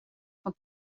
van